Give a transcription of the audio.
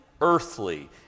earthly